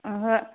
ओहो